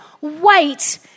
wait